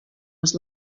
was